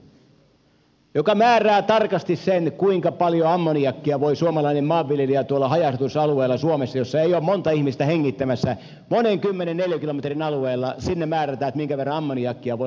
hiiteen sellainen eu joka määrää tarkasti sen kuinka paljon ammoniakkia voi suomalaisen maanviljelijän lantala päästää tuolla haja asutusalueella suomessa jossa ei ole montaa ihmistä hengittämässä monen kymmenen neliökilometrin alueella ja määrätä veroammoniakkia voi